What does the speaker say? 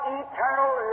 eternal